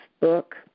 book